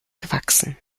gewachsen